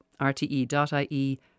rte.ie